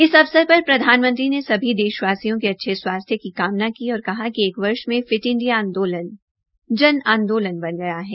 इस अवसर पर प्रधानमंत्री ने सभी देशवासियों के अच्छे स्वास्थ्य की कामना की और कहा कि एक वर्ष में फिट इंडिया आंदोलन जन आंदोलन बन गया है